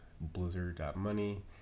Blizzard.money